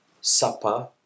supper